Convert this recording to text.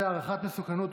והערכת מסוכנות,